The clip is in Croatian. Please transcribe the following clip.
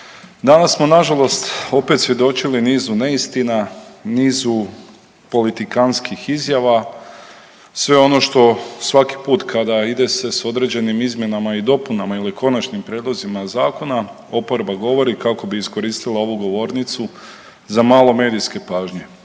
Danas smo nažalost opet svjedočili nizu neistina, nizu politikantskih izjava sve ono što svaki put kada ide se s određenim izmjenama i dopunama ili konačnim prijedlozima zakona oporba govori kako bi iskoristila ovu govornicu za malo medijske pažnje.